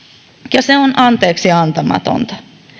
se on anteeksiantamatonta